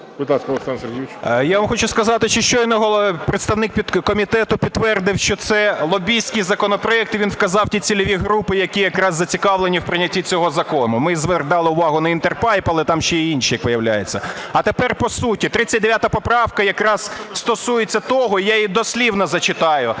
Я вам хочу сказати, що щойно представник комітету підтвердив, що це – лобістський законопроект, і він вказав ті цільові групи, які якраз зацікавлені в прийнятті цього закону. Ми звертали увагу на "Інтерпайп", але там ще й інші, як виявляється. А тепер по суті. 39 поправка якраз стосується того, я її дослівно зачитаю: